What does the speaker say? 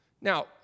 Now